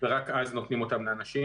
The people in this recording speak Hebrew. ורק אז נותנים אותם לאנשים.